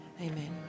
Amen